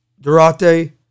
Durate